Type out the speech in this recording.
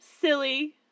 silly